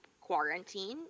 quarantine